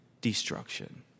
destruction